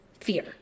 fear